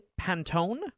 Pantone